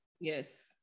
yes